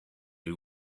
you